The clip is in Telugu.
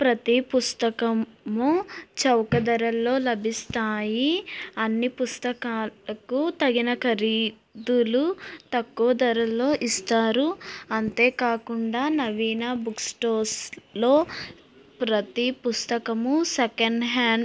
ప్రతీ పుస్తకం చౌక ధరల్లో లభిస్తాయి అన్నీ పుస్తకాలకు తగిన ఖరీదులు తక్కువ ధరల్లో ఇస్తారు అంతేకాకుండా నవీన బుక్స్టోర్స్లో ప్రతీ పుస్తకము సెకండ్ హ్యాండ్